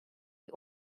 die